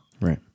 Right